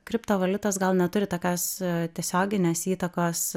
kriptovaliutos gal neturi tokios tiesioginės įtakos